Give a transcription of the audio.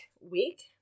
week